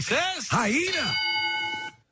hyena